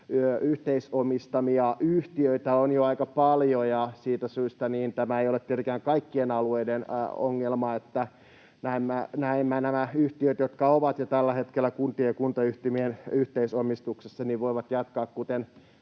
yhteisomistamia yhtiöitä on jo aika paljon, ja siitä syystä tämä ei ole tietenkään kaikkien alueiden ongelma. Näemmä nämä yhtiöt, jotka ovat jo tällä hetkellä kuntien ja kuntayhtymien yhteis-omistuksessa, voivat siellä